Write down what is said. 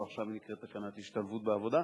ועכשיו היא נקראת "תקנת השתלבות בעבודה",